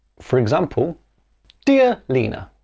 for example dear lina,